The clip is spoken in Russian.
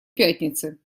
пятницы